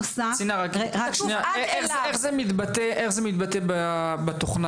צינה, איך זה מתבטא בתוכנת